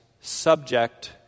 subject